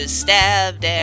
stabbed